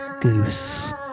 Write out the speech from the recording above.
Goose